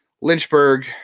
Lynchburg